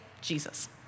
Jesus